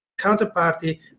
counterparty